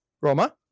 Roma